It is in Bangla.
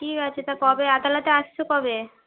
ঠিক আছে তা কবে আদালতে আসছ কবে